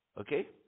okay